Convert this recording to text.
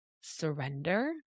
surrender